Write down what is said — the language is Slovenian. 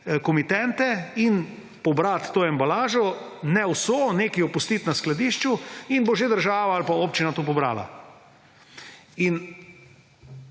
komitente in pobrati to embalažo, ne vso, nekaj je pustiti v skladišču in bo že država ali pa občina to pobrala.